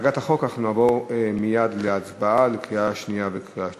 הצגת החוק אנחנו נעבור מייד להצבעה בקריאה שנייה וקריאה שלישית.